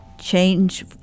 change